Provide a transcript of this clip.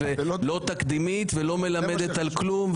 לא תקדימית ולא מלמדת על כלום.